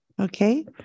Okay